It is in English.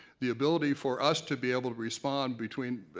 the ability for us to be able to respond between,